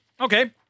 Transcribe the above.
Okay